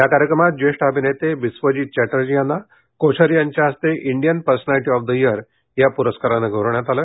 या कार्यक्रमात ज्येष्ठ अभिनेते बिस्वजीत चटर्जी यांना कोश्यारी यांच्या हस्ते Indian personality of the year या प्रस्कारानं गौरवण्यात आलं